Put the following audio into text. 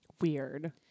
Weird